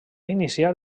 iniciar